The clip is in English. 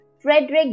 Frederick